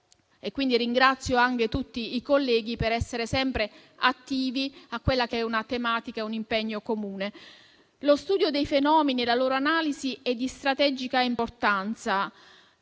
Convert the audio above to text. Ringrazio anche tutti i colleghi per essere sempre attivi su una tematica e un impegno comuni. Lo studio dei fenomeni e la loro analisi è di strategica importanza: